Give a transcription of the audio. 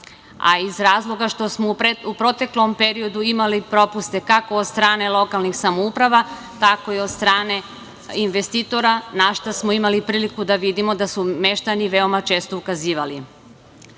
a iz razloga što smo u proteklom periodu imali propuste kako od strane lokalnih samouprava, tako i od strane investitora, na šta smo imali priliku da vidimo da su meštani veoma često ukazivali. Zakon